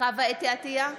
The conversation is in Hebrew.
חוה אתי עטייה,